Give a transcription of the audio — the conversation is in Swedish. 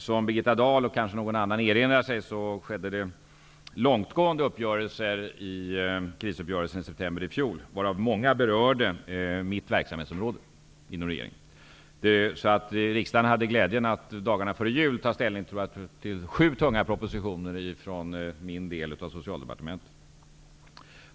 Som Birgitta Dahl och kanske även någon annan kan erinra sig skedde långtgående uppgörelser i samband med krisuppgörelsen i september i fjol, varav många berörde mitt verksamhetsområde inom regeringen. Man hade i riksdagen glädjen att dagarna före jul ta ställning till sju tunga propositioner från min del av Socialdepartementet.